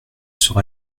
sera